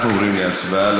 אנחנו עוברים להצבעה.